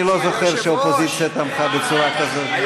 אני לא זוכר שהאופוזיציה תמכה בצורה כזאת.